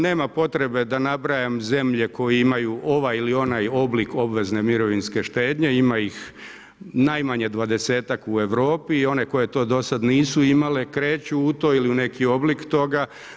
Nema potrebe da nabrajam zemlje koje imaju ovaj ili onaj oblik obvezne mirovinske štednje, ima ih najmanje 20-ak u Europi i one koje to do sada nisu imale kreću u to ili u neki oblik toga.